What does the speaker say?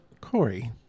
Corey